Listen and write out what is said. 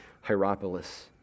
Hierapolis